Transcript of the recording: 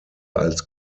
als